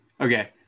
Okay